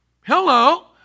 Hello